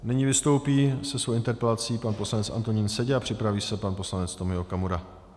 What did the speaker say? Nyní vystoupí se svou interpelací pan poslanec Antonín Seďa, připraví se pan poslanec Tomio Okamura.